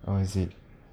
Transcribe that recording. oh is it